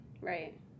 Right